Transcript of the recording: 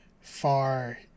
far